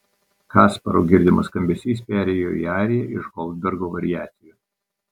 kasparo girdimas skambesys perėjo į ariją iš goldbergo variacijų